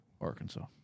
Arkansas